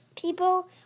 people